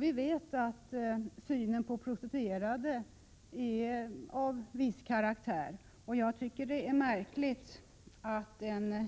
Vi vet att synen på prostituerade är av viss karaktär. Jag tycker det är märkligt att en